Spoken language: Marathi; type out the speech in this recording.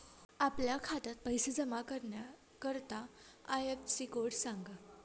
आपल्या खात्यात पैसे जमा करण्याकरता आय.एफ.एस.सी कोड सांगा